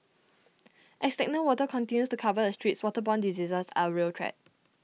as stagnant water continues to cover the streets waterborne diseases are real threat